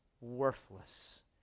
worthless